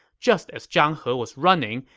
just as zhang he was running,